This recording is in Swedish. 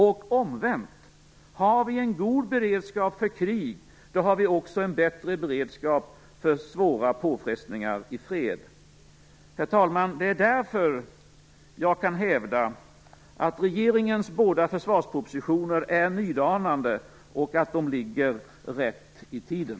Och omvänt: Har vi en god beredskap för krig, har vi också en bättre beredskap för svåra påfrestningar i fred. Herr talman! Det är därför jag kan hävda att regeringens båda försvarspropositioner är nydanande och att de ligger rätt i tiden.